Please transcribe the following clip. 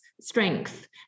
strength